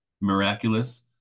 miraculous